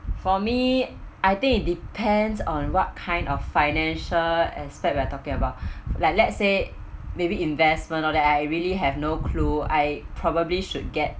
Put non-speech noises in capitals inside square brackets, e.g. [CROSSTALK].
for me I think it depends on what kind of financial aspect we're talking about [BREATH] like let's say maybe investment oh that I really have no clue I probably should get